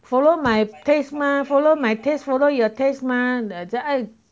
follow my taste mah follow my taste follow your taste mah